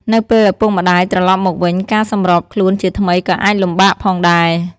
នៅពេលឪពុកម្តាយត្រឡប់មកវិញ ការសម្របខ្លួនជាថ្មីក៏អាចលំបាកផងដែរ។